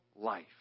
life